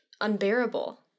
unbearable